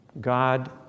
God